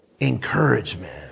encouragement